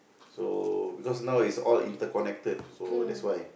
so because now is all interconnected so that's why